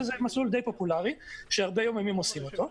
שזה מסלול די פופולארי שהרבה יום יומיים עושים אותו.